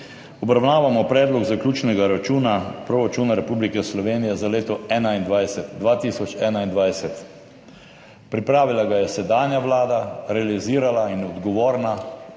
Obravnavamo predlog zaključnega računa proračuna Republike Slovenije za leto 2021. Pripravila ga je sedanja vlada, realizirala in odgovorna